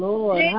Lord